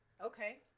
Okay